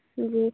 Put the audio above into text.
جی